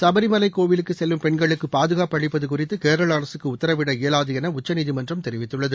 சபரிமலை கோவிலுக்கு செல்லும் பெண்களுக்கு பாதுகாப்பு அளிப்பது குறித்து கேரள அரசுக்கு உத்தரவிட இயலாது என உச்சநீதிமன்றம் தெரிவித்துள்ளது